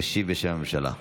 להשיב בשם הממשלה.